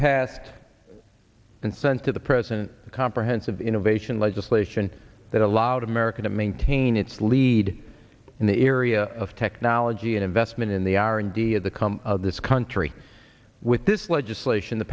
passed and sent to the president a comprehensive innovation legislation that allowed america to maintain its lead in the area of technology and investment in the r and d of the come this country with this legislation the